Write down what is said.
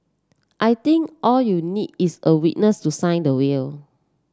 I think all you need is a witness to sign the will